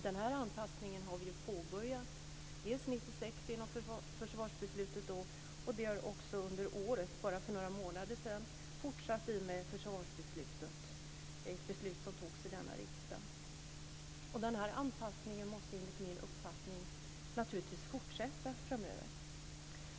Den här anpassningen har vi påbörjat 1996 genom försvarsbeslutet då, men vi har också under året, bara för några månader sedan, fortsatt med försvarsbeslutet, som togs i denna riksdag. Denna anpassning måste, enligt min uppfattning, naturligtvis fortsätta framöver.